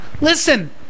Listen